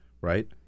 right